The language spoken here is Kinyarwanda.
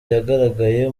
yagaragaye